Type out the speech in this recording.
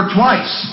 twice